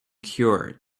cured